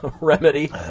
remedy